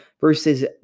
versus